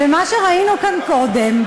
ומה שראינו כאן קודם,